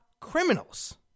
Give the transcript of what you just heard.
criminals